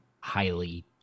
highly